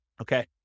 Okay